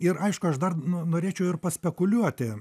ir aišku aš dar norėčiau ir paspekuliuoti